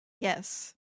yes